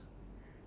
no